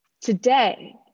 Today